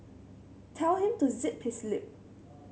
tell him to zip his lip